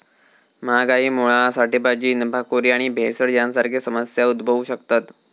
महागाईमुळा साठेबाजी, नफाखोरी आणि भेसळ यांसारखे समस्या उद्भवु शकतत